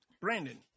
Brandon